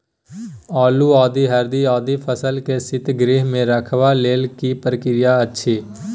आलू, आदि, हरदी आदि फसल के शीतगृह मे रखबाक लेल की प्रक्रिया अछि?